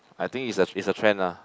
I think is a is a trend lah